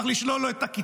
צריך לשלול לו את הקצבה,